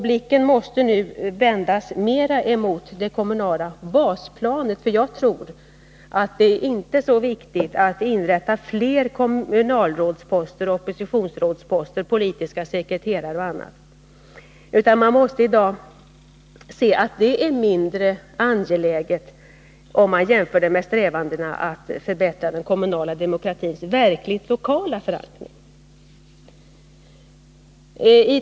Blicken måste nu vändas mer mot det kommunala basplanet. Jag tror inte att det är så viktigt att inrätta fler kommunalrådsposter, oppositionsrådsposter, politiska sekreterare och annat, utan man måste i dag se det som mindre angeläget än strävandena att förbättra den kommunala demokratins verkligt lokala förankring.